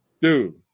dude